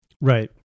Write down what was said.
Right